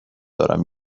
دارم